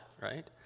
right